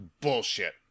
bullshit